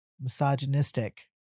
misogynistic